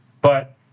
But-